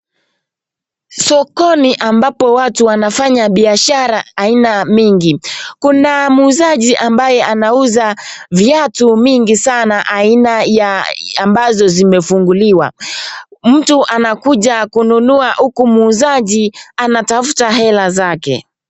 Sokoni ambapo watu wanafanya biashara aina mingi. Kuna muuzaji ambaye anauza viatu mingi sana aina ya ambazo zimefunguliwa. Mtu anakuja kununua huku muuzaji anatafuta hela zake.